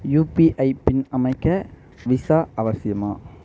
UPI PIN அமைக்க visa அவசியமா